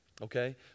okay